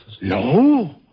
No